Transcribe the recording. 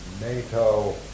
NATO